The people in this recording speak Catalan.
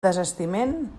desistiment